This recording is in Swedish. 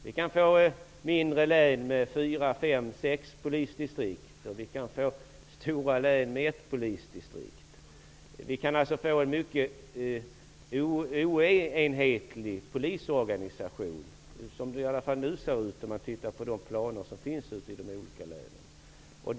Vi kan få mindre län med fyra, fem eller sex polisdistrikt, och vi kan få stora län med ett polisdistrikt. Vi kan alltså få en mycket oenhetlig polisorganisation. Så ser det i alla fall ut nu, om man tittar på de planer som finns ute i de olika länen.